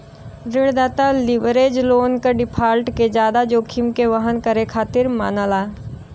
ऋणदाता leverage loan क default के जादा जोखिम के वहन करे खातिर मानला